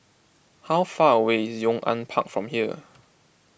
how far away is Yong An Park from here